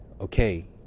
okay